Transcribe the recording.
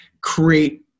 create